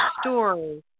story